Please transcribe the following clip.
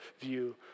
view